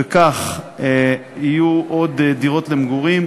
וכך יהיו עוד דירות למגורים,